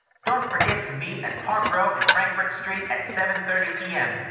don't forget to meet at park row and frankfort street at seven thirty p m.